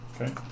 Okay